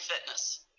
fitness